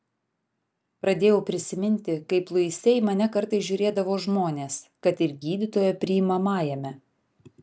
pradėjau prisiminti kaip luise į mane kartais žiūrėdavo žmonės kad ir gydytojo priimamajame